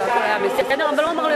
זה בזבוז כספי הציבור.